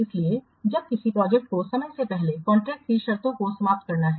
इसलिए जब किसी प्रोजेक्ट को समय से पहले कॉन्ट्रैक्ट की शर्तों को समाप्त करना है